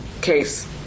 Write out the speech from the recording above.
case